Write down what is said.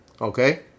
Okay